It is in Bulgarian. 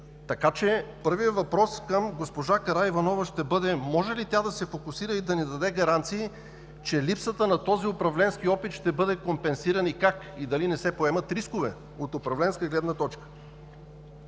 милиарди. Първият въпрос към госпожа Караиванова ще бъде: може ли да ни даде гаранции, че липсата на този управленски опит ще бъде компенсиран и как? Дали не се поемат рискове от управленска гледна точка?